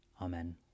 amen